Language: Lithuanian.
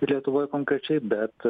ir lietuvoje konkrečiai bet